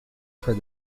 for